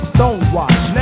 Stonewash